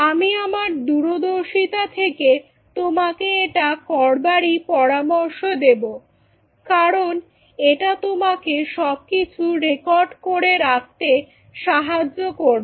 আমি আমার দূরদর্শিতা থেকে তোমাকে এটা করবারই পরামর্শ দেব কারণ এটা তোমাকে সবকিছু রেকর্ড করে রাখতে সাহায্য করবে